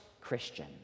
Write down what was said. christian